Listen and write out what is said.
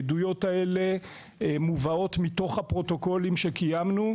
העדויות האלה מובאות מתוך הפרוטוקולים שקיימנו.